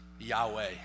Yahweh